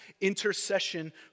intercession